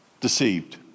deceived